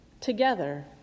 together